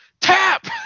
tap